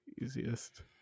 easiest